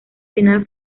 final